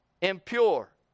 impure